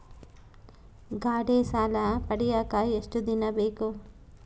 ಗಾಡೇ ಸಾಲ ಪಡಿಯಾಕ ಎಷ್ಟು ದಿನ ಬೇಕು?